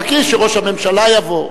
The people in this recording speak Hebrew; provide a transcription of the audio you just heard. חכי שראש הממשלה יבוא.